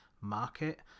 market